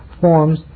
forms